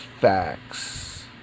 facts